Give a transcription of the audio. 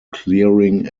clearing